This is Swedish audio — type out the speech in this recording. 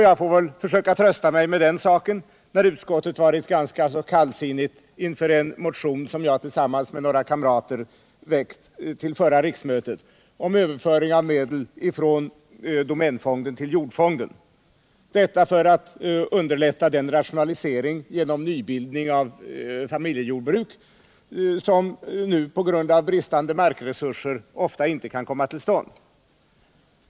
Jag får kanske trösta mig med detta när utskottet varit ganska så kallsinnigt inför en motion som jag tillsammans med några kamrater hade väckt till förra riksmötet om överföring av medel från domänfonden till jordfonden, detta för att underlätta den rationalisering genom nybildning av familjejordbruk som nu på grund av bristande markresurser ofta inte kan komma till stånd.